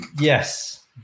yes